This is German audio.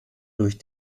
durch